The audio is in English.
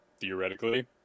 theoretically